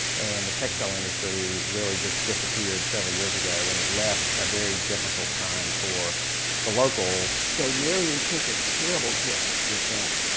and the textile industry really just disappeared several years ago and it left a very difficult time for the locals. so marion took a terrible hit with that.